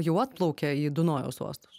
jau atplaukė į dunojaus uostus